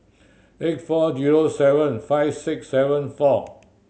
eight four zero seven five six seven four